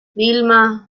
vilma